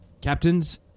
Captains